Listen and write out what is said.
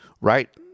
right